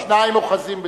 שניים אוחזין בטלית,